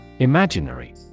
Imaginary